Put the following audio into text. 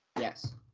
Yes